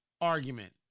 argument